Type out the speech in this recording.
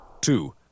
two